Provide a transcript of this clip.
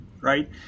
right